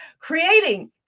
creating